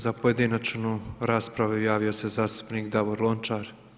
Za pojedinačnu raspravu javio se zastupnik Davor Lončar.